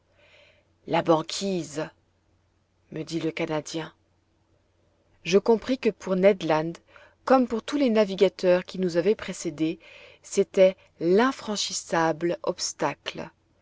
la banquise me dit le canadien je compris que pour ned land comme pour tous les navigateurs qui nous avaient précédé c'était l'infranchissable obstacle